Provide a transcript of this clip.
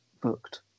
booked